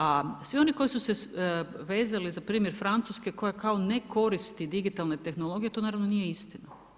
A svi oni koji su se za primjer Francuske koja kao ne koristi digitalne tehnologije, to naravno nije istina.